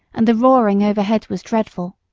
and the roaring overhead was dreadful.